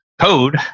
code